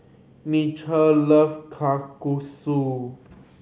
Nichelle love Kalguksu